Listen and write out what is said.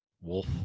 Wolf